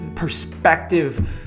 perspective